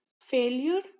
failure